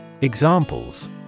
Examples